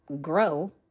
grow